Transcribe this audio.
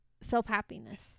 self-happiness